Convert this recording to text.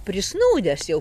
prisnūdęs jau